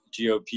GOP